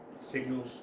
signal